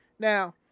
Now